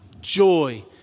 joy